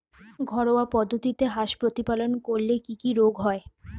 ঘরোয়া পদ্ধতিতে হাঁস প্রতিপালন করলে কি কি রোগ হয়?